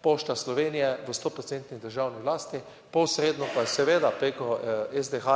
Pošta Slovenije v sto procentni državni lasti, posredno pa seveda preko SDH,